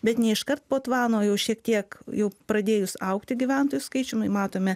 bet ne iškart po tvano jau šiek tiek jau pradėjus augti gyventojų skaičiui matome